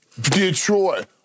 Detroit